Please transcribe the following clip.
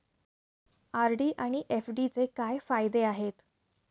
RD आणि एफ.डीचे काय फायदे आहेत?